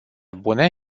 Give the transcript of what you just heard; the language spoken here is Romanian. bune